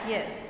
Yes